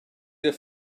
your